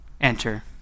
enter